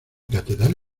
catedral